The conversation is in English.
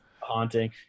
Haunting